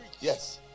yes